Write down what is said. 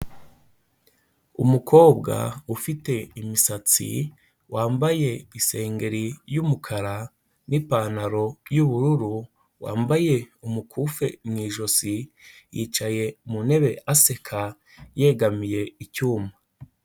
Umukobwa ufite imisatsi wambaye isengeri y'umukara n'ipantaro y'ubururu wambaye umukufi mu ijosi yicaye mu ntebe aseka yegamiye icyuma.